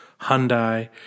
Hyundai